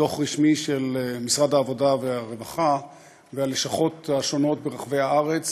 דוח רשמי של משרד העבודה והרווחה והלשכות השונות ברחבי הארץ